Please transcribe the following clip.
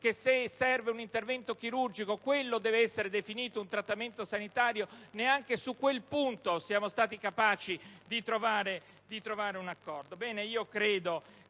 che se occorre un intervento chirurgico quello deve essere definito trattamento sanitario e neanche su quel punto siamo stati capaci di trovare un accordo.